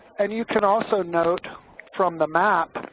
and you can also note from the map,